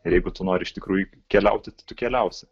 ir jeigu tu nori iš tikrųjų keliauti tai tu keliausi